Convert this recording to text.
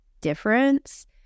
difference